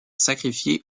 sacrifier